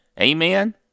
Amen